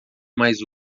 mais